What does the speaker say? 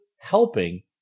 helping